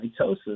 mitosis